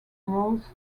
roles